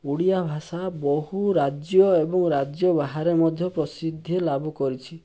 ଓଡ଼ିଆଭାଷା ବହୁରାଜ୍ୟ ଏବଂ ରାଜ୍ୟ ବାହାରେ ମଧ୍ୟ ପ୍ରସିଦ୍ଧି ଲାଭ କରିଛି